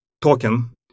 token